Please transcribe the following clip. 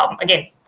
Again